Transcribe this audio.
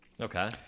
Okay